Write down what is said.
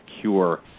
cure